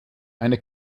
eine